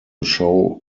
show